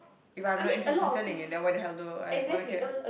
if I'm not interested in selling it then why the hell do I wanna care